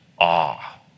awe